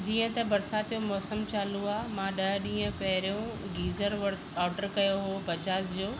जीअं त बरसात जो मौसम चालू आहे मां ॾह ॾींहं पहिरियों गीज़र वरि ऑर्डर कयो हो बजाज जो